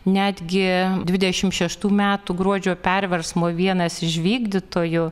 netgi dvidešimt šeštų metų gruodžio perversmo vienas iš vykdytojų